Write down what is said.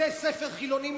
בתי-ספר חילוניים,